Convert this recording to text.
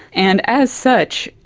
and as such,